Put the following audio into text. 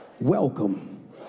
welcome